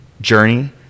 journey